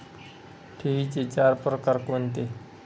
ठेवींचे चार प्रकार कोणते?